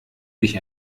dich